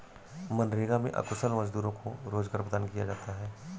मनरेगा में अकुशल मजदूरों को रोजगार प्रदान किया जाता है